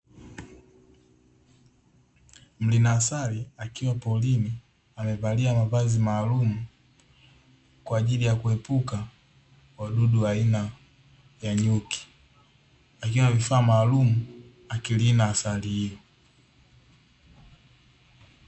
Mrina asali akiwa porini amevalia mavazi maalumu, kwaajili ya kuepuka wadudu wa aina ya nyuki akiwa na vifaa maalumu akirina asali hiyo.